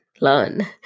learn